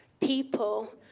people